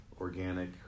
organic